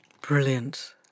Brilliant